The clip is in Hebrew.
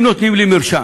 אם נותנים לי מרשם,